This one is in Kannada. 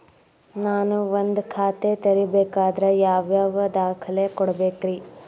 ನಾನ ಒಂದ್ ಖಾತೆ ತೆರಿಬೇಕಾದ್ರೆ ಯಾವ್ಯಾವ ದಾಖಲೆ ಕೊಡ್ಬೇಕ್ರಿ?